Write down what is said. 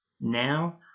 now